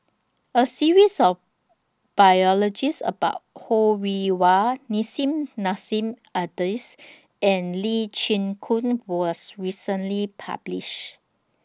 A series of about Ho Rih Hwa Nissim Nassim Adis and Lee Chin Koon was recently published